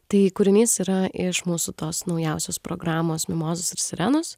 tai kūrinys yra iš mūsų tos naujausios programos mimozos ir sirenos